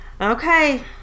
Okay